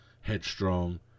Headstrong